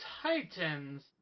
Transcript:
Titans